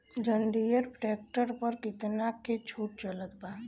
जंडियर tractor पर कितना के छूट चलत बा?